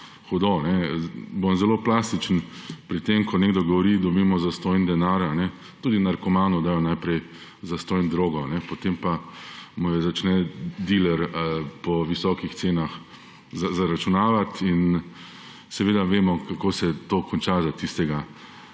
hudo. Bom zelo plastičen. Ko nekdo govori, da dobimo zastonj denar – tudi narkomanu dajo najprej zastonj drogo, potem pa mu jo začne diler po visokih cenah zaračunavati in vemo, kako se to konča za tistega.